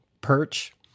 perch